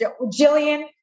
Jillian